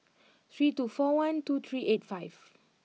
three two four one two three eight five